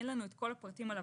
אין לנו את כל הפרטים עליו,